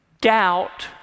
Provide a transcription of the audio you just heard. doubt